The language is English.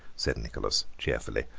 said nicholas cheerfully,